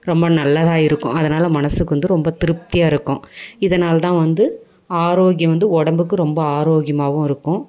ரொம்ப நல்லதா இருக்கும் அதனால் மனசுக்கு வந்து ரொம்ப திருப்தியாக இருக்கும் இதனால் தான் வந்து ஆரோக்கியம் வந்து உடம்புக்கு ரொம்ப ஆரோக்கியமாகவும் இருக்கும்